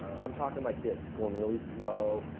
i'm talking like this, going really slow.